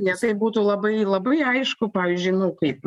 nes tai būtų labai labai aišku pavyzdžiui nu kaip